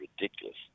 ridiculous